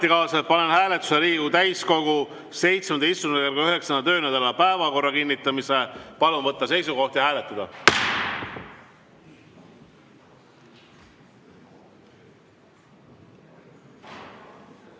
Palun võtta seisukoht ja hääletada!